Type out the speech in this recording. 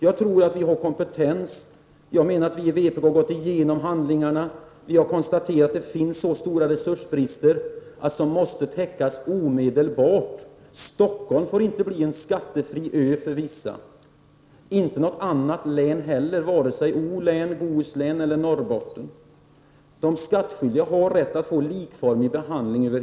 Jag anser att riksdagen har kompetens. Vi i vpk har gått igenom handlingarna och konstaterat att resursbristerna är så stora, att de måste täckas omedelbart. Stockholm får inte bli en skattefri ö för vissa. Det får inte heller något annat län bli, vare sig Göteborgs och Bohus län eller Norrbottens län. De skattskyldiga över hela landet har rätt att bli likformigt behandlade.